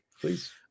please